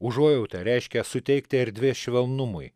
užuojauta reiškia suteikti erdvės švelnumui